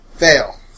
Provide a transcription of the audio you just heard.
fail